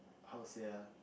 how say ah